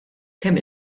kemm